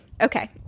okay